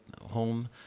home